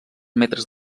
metres